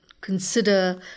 consider